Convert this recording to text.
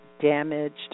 damaged